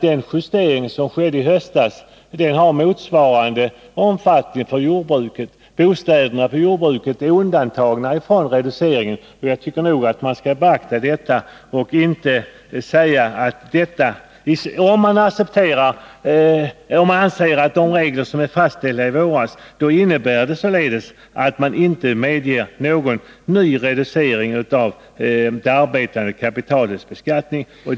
Den justering som skedde i höstas har samma betydelse för alla som äger bostadsfastigheter. Bostäderna på jordbruken är undantagna från den nu föreslagna reduceringen. Om man accepterar de regler som fastställdes i höstas, innebär det att man accepterar den sänkning av förmögenhetsskatten som föranleds av höjda taxeringsvärden på bostadsfastigheter men man medger inte någon reducering av det arbetande kapitalets beskattning.